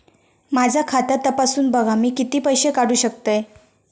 माझा खाता तपासून बघा मी किती पैशे काढू शकतय?